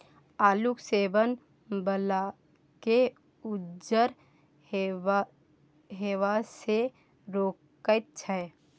आलूक सेवन बालकेँ उज्जर हेबासँ रोकैत छै